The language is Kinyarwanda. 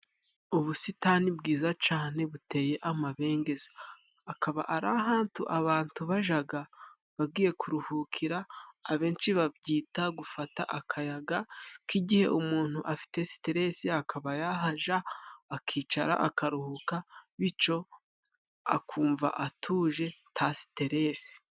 Ubusitani bwiza cane buteye amabengeza akaba ari ahantu abantu bajaga bagiye kuruhukira. Abenshi babyita gufata akayaga nk'igihe umuntu afite siterese akaba yahaja akicara akaruhuka bico akumva atuje nta siterese.